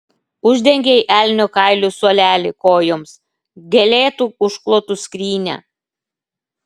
uždengei elnio kailiu suolelį kojoms gėlėtu užklotu skrynią